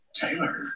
Taylor